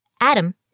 Adam